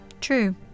True